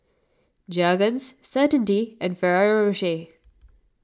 Jergens Certainty and Ferrero Rocher